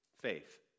faith